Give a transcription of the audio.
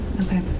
Okay